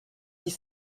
dix